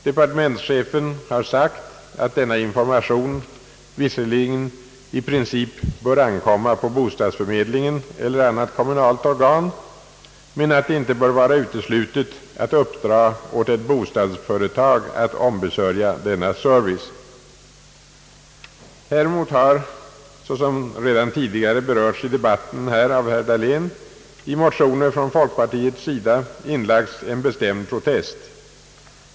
Departementschefen har sagt att denna information visserligen i princip bör ankomma på bostadsförmedlingen eller annat kommunalt organ men att det inte bör vara uteslutet att uppdraga åt ett bostadsföretag att ombesörja denna service. Häremot har, såsom redan tidigare berörts i debatten här av herr Dahlén, i motioner från folkpartiets sida inlagts en bestämd protest.